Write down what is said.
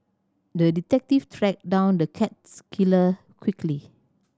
the detective tracked down the cats killer quickly